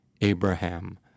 abraham